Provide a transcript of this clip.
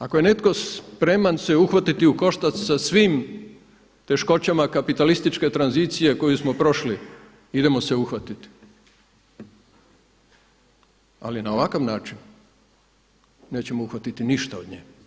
Ako je netko spreman se uhvatiti u koštac sa svim teškoćama kapitalističke tranzicije koju smo prošli idemo se uhvatiti, ali na ovakav način nećemo uhvatiti ništa od nje.